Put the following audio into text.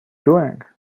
doing